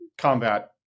Combat